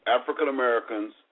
African-Americans